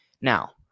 Now